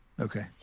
Okay